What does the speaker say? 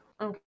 Okay